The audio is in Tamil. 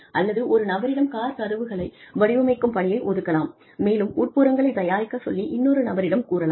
அல்லது ஒரு நபரிடம் கார் கதவுகளை வடிவமைக்கும் பணியை ஒதுக்கலாம் மேலும் உட்புறங்களைத் தயாரிக்கச் சொல்லி இன்னொரு நபரிடம் கூறலாம்